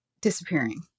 disappearing